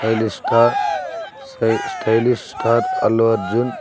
stylish star stylish star Allu Arjun